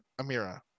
Amira